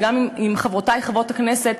וגם עם חברותי חברות הכנסת,